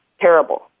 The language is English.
Terrible